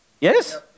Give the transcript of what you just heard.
Yes